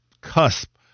cusp